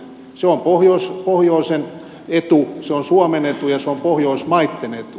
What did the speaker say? se on pohjoisen etu se on suomen etu ja se on pohjoismaitten etu